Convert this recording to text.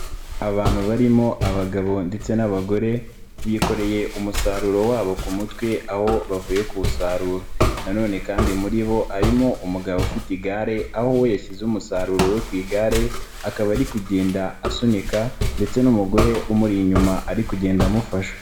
Abantu barimo abagabo ndetse n'abagore bikoreye umusaruro wabo ku mutwe aho bavuye kuwusarura nanone kandi muri bo harimo umugabo ufite igare aho we yashyize umusaruro we ku igare akaba ari kugenda asunika ndetse n'umugore umuri inyuma ari kugenda amufasha.